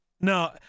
no